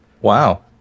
Wow